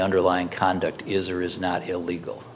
underlying conduct is or is not illegal